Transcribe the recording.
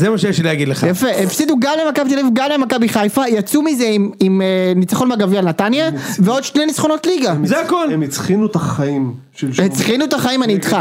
זה מה שיש לי להגיד לך. יפה, הפסידו גם למכבי תל אביב, גם למכבי בחיפה, יצאו מזה עם ניצחון מהגביע על נתניה ועוד שני ניצחונות ליגה, זה הכל. הם הצחינו את החיים של שום. הצחינו את החיים אני איתך,